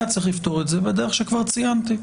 היה צריך לפתור את זה בדרך שכבר ציינתי.